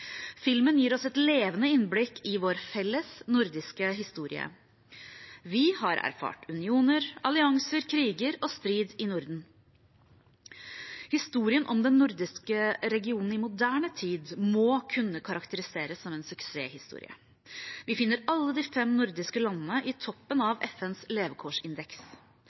Filmen gir oss et levende innblikk i vår felles nordiske historie. Vi har erfart unioner, allianser, kriger og strid i Norden. Historien om den nordiske regionen i moderne tid må kunne karakteriseres som en suksesshistorie. Vi finner alle de fem nordiske landene i toppen av FNs levekårsindeks.